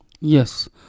Yes